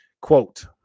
Quote